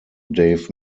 dave